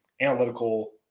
analytical